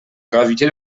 gravité